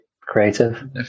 creative